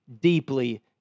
deeply